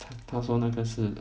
他说那个是